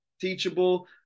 teachable